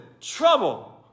trouble